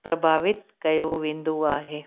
प्रभावितु कयो वेंदो आहे